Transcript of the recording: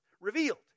revealed